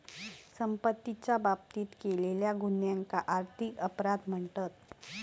संपत्तीच्या बाबतीत केलेल्या गुन्ह्यांका आर्थिक अपराध म्हणतत